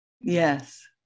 Yes